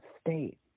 state